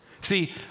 See